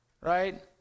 right